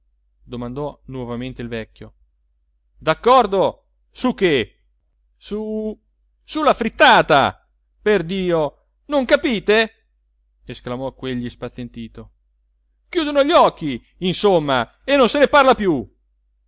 domandò nuovamente il vecchio d'accordo su che su su la frittata perdio non capite esclamò quegli spazientito chiudono gli occhi insomma e non se ne parla più